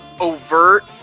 overt